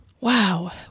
wow